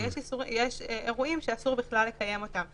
ויש אירועים שאסור בכלל לקיים אותם.